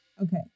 Okay